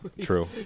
True